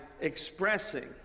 expressing